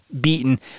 beaten